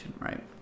right